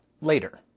later